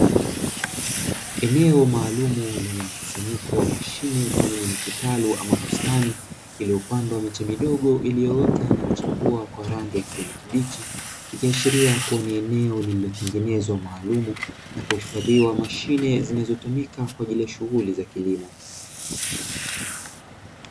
Eneo maalumu lenye mkusanyiko wa mashine pamoja na kitalu ama bustani, iliyopandwa miche midogo iliyoota na kuchepua kwa rangi ya kijani kibichi ikiashiria kuwa ni eneo lililo tengenezwa maalumu na kuhifadhia mashine zinazotumika kwaajili ya shughuli za kilimo.